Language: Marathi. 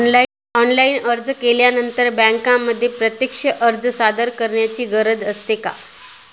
ऑनलाइन अर्ज केल्यानंतर बँकेमध्ये प्रत्यक्ष अर्ज सादर करायची गरज असते का?